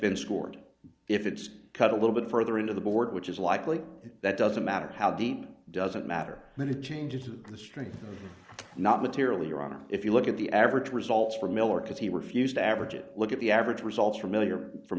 been scored if it's cut a little bit further into the board which is likely that doesn't matter how deep doesn't matter then it changes to the strength not materially your honor if you look at the average results for miller because he refused to average it look at the average result from